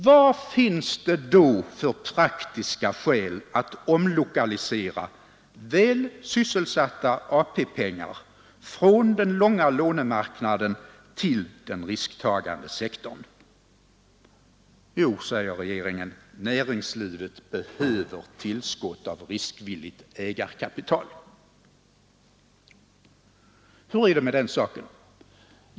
Vad finns det då för praktiska skäl att omlokalisera väl sysselsatta AP-pengar från den långa lånemarknaden till den risktagande sektorn? Jo, säger regeringen, näringslivet behöver tillskott av riskvilligt ägarkapital. Hur är det med den saken?